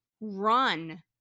run